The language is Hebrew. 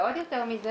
ועוד יותר מזה